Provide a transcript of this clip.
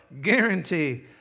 guarantee